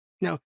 Now